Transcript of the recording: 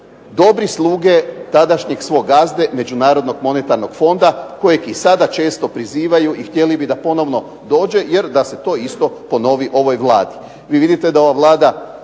dobri sluge tadašnjeg svog gazde Međunarodnog monetarnog fonda kojeg i sada često prizivaju i htjeli bi da ponovno dođe jer da se to isto ponovi ovoj Vladi. Vi vidite da ova Vlada